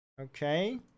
Okay